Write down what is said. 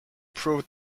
proved